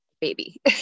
baby